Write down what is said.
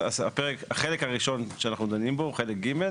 החלק הראשון שאנחנו דנים בו הוא חלק ג',